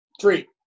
Three